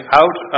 out